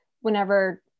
whenever